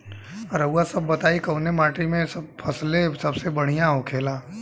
रउआ सभ बताई कवने माटी में फसले सबसे बढ़ियां होखेला?